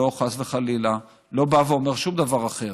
לא, חס וחלילה, לא בא ואומר שום דבר אחר.